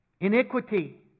Iniquity